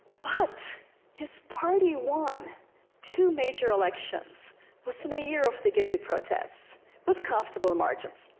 but his party won two major elections within a year of the gezi protests with comfortable margins.